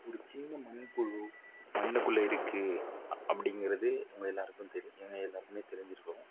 ஒரு சின்ன மண்புழு மண்ணுக்குள்ளே இருக்குது அப்படிங்கிறது உங்கள் எல்லோருக்கும் தெரியும் எல்லோருக்குமே தெரிஞ்சிருக்கும்